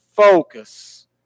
focus